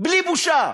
בלי בושה,